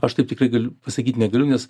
aš taip tikrai gal pasakyt negaliu nes